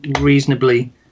reasonably